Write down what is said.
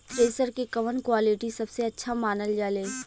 Thresher के कवन quality सबसे अच्छा मानल जाले?